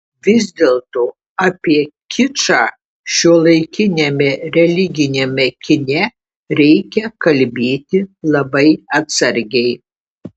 vis dėlto apie kičą šiuolaikiniame religiniame kine reikia kalbėti labai atsargiai